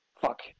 Fuck